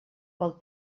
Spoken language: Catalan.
pel